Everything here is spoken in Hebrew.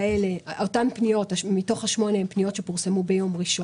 להעלות 8 פניות מתוך אותן פניות שפורסמו ביום ראשון.